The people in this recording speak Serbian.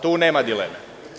Tu nema dileme.